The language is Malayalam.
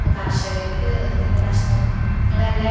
അപ്പം കർഷകർക്ക് ഇങ്ങനെ നഷ്ടങ്ങളെല്ലാം